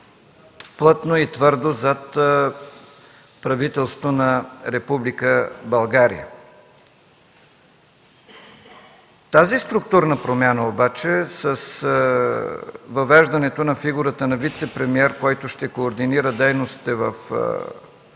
плътно и твърдо зад правителството на Република България. Тази структурна промяна обаче с въвеждането на фигурата на вицепремиер, който ще координира дейностите в